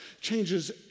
changes